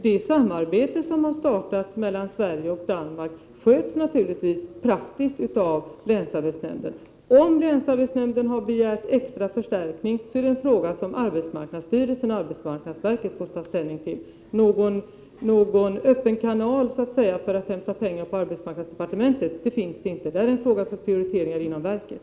Det samarbete som har startats mellan Sverige och Danmark sköts naturligtvis praktiskt av länsarbetsnämnden. Om länsarbetsnämnden har begärt extra förstärkning, är det en fråga som arbetsmarknadsstyrelsen och arbetsmarknadsverket får ta ställning till. Någon öppen kanal, så att säga, för att hämta pengar på arbetsmarknadsdepartementet finns inte. Det här är en fråga för prioriteringar inom verket.